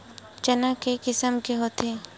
चना के किसम के होथे?